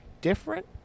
different